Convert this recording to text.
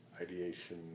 ideation